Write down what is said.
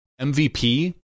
MVP